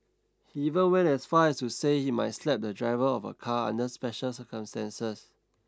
he even went as far as to say he might slap the driver of a car under special circumstances